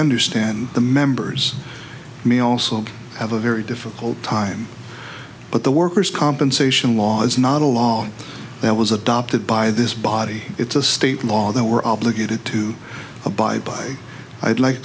understand the members may also have a very difficult time but the workers compensation law is not a law that was adopted by this body it's a state law that we're obligated to abide by i'd like